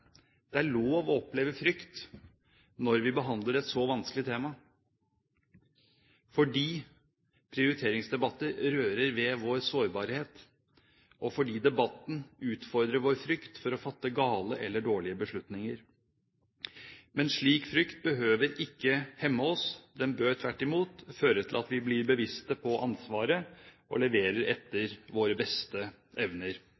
Det er lov å oppleve frykt når vi behandler et så vanskelig tema, fordi prioriteringsdebatter rører ved vår sårbarhet, og fordi debatten utfordrer vår frykt for å fatte gale eller dårlige beslutninger. Men slik frykt behøver ikke hemme oss. Den bør tvert imot føre til at vi blir bevisste på ansvaret og leverer etter våre beste evner.